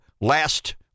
last